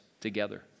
together